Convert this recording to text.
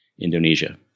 Indonesia